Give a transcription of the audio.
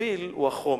הגוויל הוא החומר,